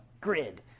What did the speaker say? grid